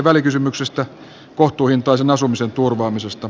välikysymyksestä kohtuuhintaisen asumisen turvaamisesta